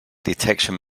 detection